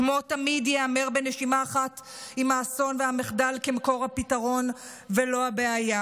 שמו תמיד ייאמר בנשימה אחת עם האסון והמחדל כמקור הבעיה ולא הפתרון.